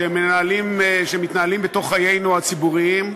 שמתנהלים בתוך חיינו הציבוריים,